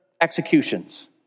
executions